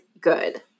good